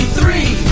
three